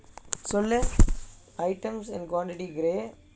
சொல்லு:sollu items and quantity grey